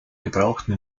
gebrauchten